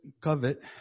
covet